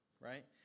right